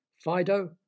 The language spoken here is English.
Fido